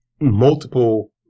multiple